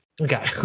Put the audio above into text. Okay